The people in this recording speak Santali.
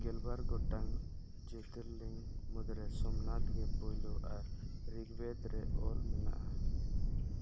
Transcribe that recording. ᱜᱮᱞᱵᱟᱨ ᱜᱚᱴᱟᱝ ᱡᱳᱛᱤᱨᱞᱤᱝ ᱢᱩᱫᱽᱨᱮ ᱥᱳᱢᱱᱟᱛᱷ ᱜᱮ ᱯᱳᱭᱞᱳ ᱟᱨ ᱨᱤᱠᱵᱮᱫᱽ ᱨᱮ ᱚᱞ ᱢᱮᱱᱟᱜᱼᱟ